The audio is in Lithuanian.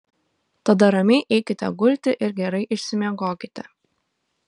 tada ramiai eikite gulti ir gerai išsimiegokite